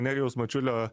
nerijaus mačiulio